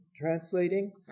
translating